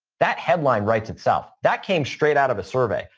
that headline writes itself. that came straight out of a survey.